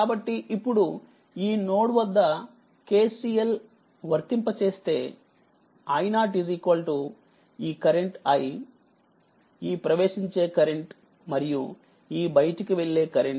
కాబట్టిఇప్పుడు ఈ నోడ్ వద్ద KCL వర్తింప చేస్తే i0ఈ కరెంట్ i ఈ ప్రవేశించే కరెంట్ మరియు ఈ బయటికి వెళ్లే కరెంట్